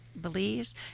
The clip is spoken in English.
believes